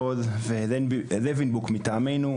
ולוינבוק מטעמנו,